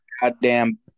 goddamn